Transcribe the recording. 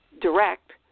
direct